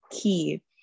key